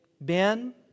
Ben